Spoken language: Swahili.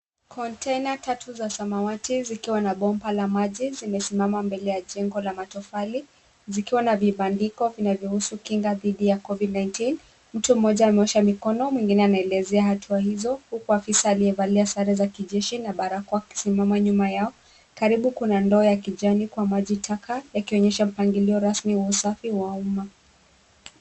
Kontena tatu za samawati zikiwa na bomba la maji zimesimama mbele ya jengo la matofali, zikiwa na vibandiko vinavyohusu kinga dhidi ya COVID-19 . Mtu mmoja ameosha mikono, mwingine anaelezea hatua hizo huku afisa aliyevalia sare za kijeshi na barakoa akisimama nyuma yao. Karibu kuna ndoo ya kijani kwa maji taka yakionyesha mpangilio rasmi wa usafi wa umma.